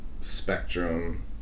spectrum